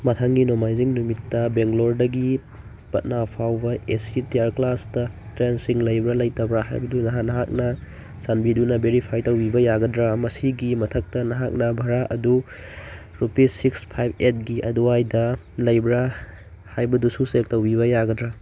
ꯃꯊꯪꯒꯤ ꯅꯣꯡꯃꯥꯏꯖꯤꯡ ꯅꯨꯃꯤꯠꯇ ꯕꯦꯡꯒ꯭ꯂꯣꯔꯗꯒꯤ ꯄꯠꯅꯥ ꯐꯥꯎꯕ ꯑꯦ ꯁꯤ ꯇꯤꯌꯥꯔ ꯀ꯭ꯂꯥꯁꯇ ꯇ꯭ꯔꯦꯟꯁꯤꯡ ꯂꯩꯕ꯭ꯔꯥ ꯂꯩꯇꯕ꯭ꯔꯥ ꯍꯥꯏꯕꯗꯨ ꯅꯍꯥꯛꯅ ꯆꯥꯟꯕꯤꯗꯨꯅ ꯕꯦꯔꯤꯐꯥꯏ ꯇꯧꯕꯤꯕ ꯌꯥꯒꯗ꯭ꯔꯥ ꯃꯁꯤꯒꯤ ꯃꯊꯛꯇ ꯅꯍꯥꯛꯅ ꯚꯥꯔꯥ ꯑꯗꯨ ꯔꯨꯄꯤꯁ ꯁꯤꯛꯁ ꯐꯥꯏꯕ ꯑꯩꯠꯒꯤ ꯑꯗꯨꯋꯥꯏꯗ ꯂꯩꯕ꯭ꯔꯥ ꯍꯥꯏꯕꯗꯨꯁꯨ ꯆꯦꯛ ꯇꯧꯕꯤꯕ ꯌꯥꯒꯗ꯭ꯔꯥ